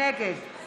נגד